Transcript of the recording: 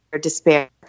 despair